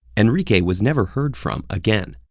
enrique was never heard from again,